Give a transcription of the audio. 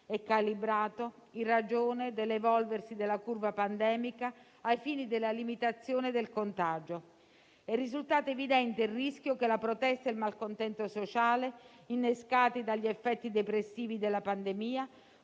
e calibrato in ragione dell'evolversi della curva pandemica ai fini della limitazione del contagio. È risultato evidente il rischio che la protesta e il malcontento sociale, innescati dagli effetti depressivi della pandemia,